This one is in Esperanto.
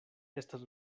estas